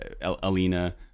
alina